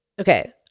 Okay